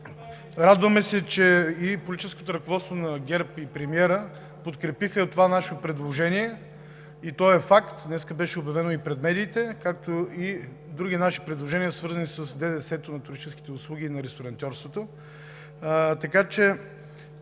радваме се, че и политическото ръководство на ГЕРБ, и премиерът подкрепиха това наше предложение. То е факт – днес беше обявено пред медиите, както и други наши предложения, свързани с ДДС то на туристическите услуги и ресторантьорството. Така че